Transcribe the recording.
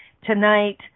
tonight